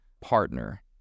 partner